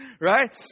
right